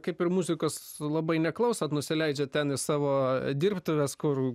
kaip ir muzikos labai neklausot nusileidžiat ten į savo dirbtuves kur